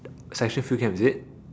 section field camp is it